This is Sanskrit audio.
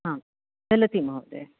आं चलति महोदय